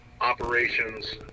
operations